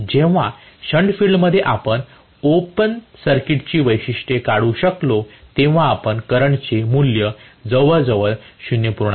जेव्हा शंट फील्डमध्ये आपण ओपन सर्किटची वैशिष्ट्ये काढू शकलो तेव्हा आपण करंटचे मूल्य जवळजवळ 0